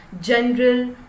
general